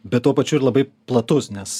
bet tuo pačiu ir labai platus nes